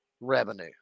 revenue